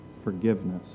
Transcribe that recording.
forgiveness